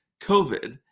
COVID